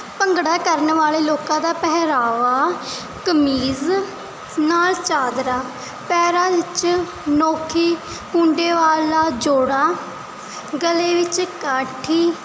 ਭੰਗੜਾ ਕਰਨ ਵਾਲੇ ਲੋਕਾਂ ਦਾ ਪਹਿਰਾਵਾ ਕਮੀਜ਼ ਨਾਲ ਚਾਦਰਾ ਪੈਰਾਂ ਵਿੱਚ ਨੋਕੀ ਕੁੰਡੇ ਵਾਲਾ ਜੋੜਾ ਗਲੇ ਵਿੱਚ ਕੈਂਠਾ